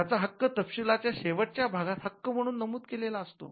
त्याचा हक्क तपशिलाच्या शेवटच्या भागात 'हक्क' म्हणून नमूद केलेला असतो